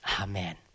Amen